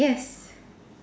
yes